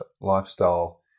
lifestyle